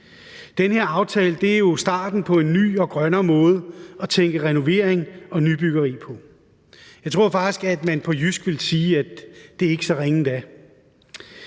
Den her aftale er jo starten på en ny og grønnere måde at tænke renovering og nybyggeri på. Jeg tror faktisk, at man på jysk ville sige, at det ikke er så ringe